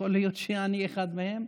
ויכול להיות שאני אחד מהם,